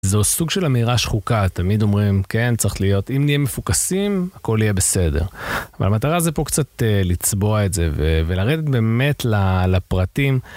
זהו סוג של אמירה שחוקה, תמיד אומרים, כן, צריך להיות, אם נהיה מפוקסים, הכל יהיה בסדר. אבל המטרה זה פה קצת לצבוע את זה ולרדת באמת לפרטים.